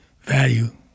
value